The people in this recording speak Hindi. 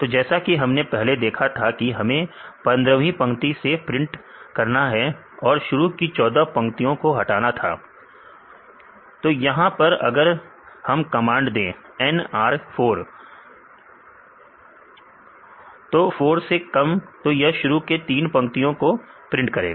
तो जैसा कि हमने पहले देखा था कि हमें 15वी पंक्ति से प्रिंट करना है और शुरू की 14 पंक्तियों को हटाना था तो यहां पर अगर हम कमांड दें NR 4 से कम तो यह शुरू की तीन पंक्तियों को प्रिंट करेगा